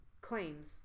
claims